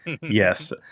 Yes